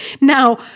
Now